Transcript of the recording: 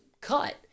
cut